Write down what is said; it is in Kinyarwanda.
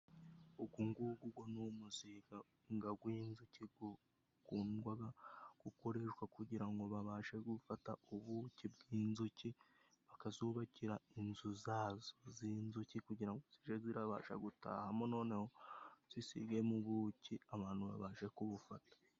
Ugungugu go ni umuzinga ga gw'inzuki gukundwaga gukoreshwa kugira ngo babashe gufata ubuki bw'inzuki bakazubakira inzu zazo z'inzuki kugira ngo zije zirabasha gutahamo noneho zisigemo ubuki abantu babashe kubufata.